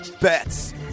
bets